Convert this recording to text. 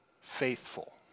faithful